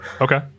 Okay